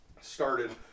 started